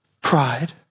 pride